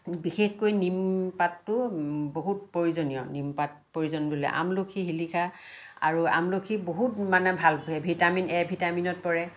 বিশেষকৈ নিমপাতটো বহুত প্ৰয়োজনীয় নিমপাত প্ৰয়োজন বোলে আমলখি শিলিখা আৰু আমলখি বহুত মানে ভাল ভিটামিন এ ভিটামিনত পৰে